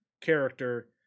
character